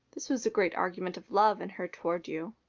this was a great argument of love in her toward you.